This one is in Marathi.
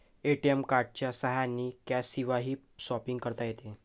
ए.टी.एम कार्डच्या साह्याने कॅशशिवायही शॉपिंग करता येते